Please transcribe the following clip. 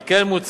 על כן מוצע,